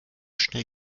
schnell